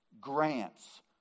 grants